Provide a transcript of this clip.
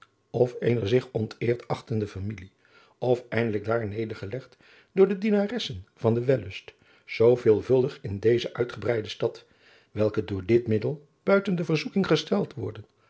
of eener zich onteerd achtende familie of eindelijk daar nedergelegd door de dienaressen van den wellust zoo veelvuldig in deze uitgebreide stad welke door dit middel buiten de verzoeking gesteld worden